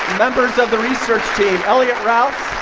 members of the research elliott rouse